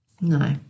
No